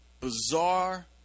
bizarre